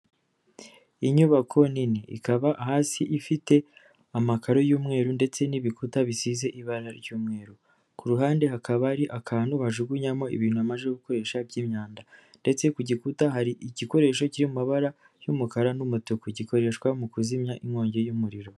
Inyubako nini ikaba hasi ifite amakaro y'umweru ndetse n'ibikuta bisize ibara ry'umweru, ku ruhande hakaba hari akantu bajugunyamo ibintu bamaze gukoresha by'imyanda ndetse ku gikuta hari igikoresho cy'amabara y'umukara n'umutuku gikoreshwa mu kuzimya inkongi y'umuriro.